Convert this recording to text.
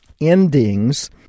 endings